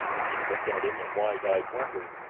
she looked at him in wide-eyed wonder.